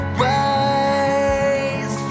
ways